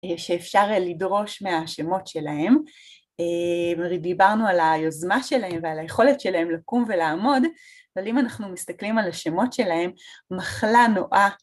שאפשר לדרוש מהשמות שלהם, דיברנו על היוזמה שלהם ועל היכולת שלהם לקום ולעמוד, אבל אם אנחנו מסתכלים על השמות שלהם, מחלה נועה,